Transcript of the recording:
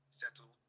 settle